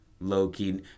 low-key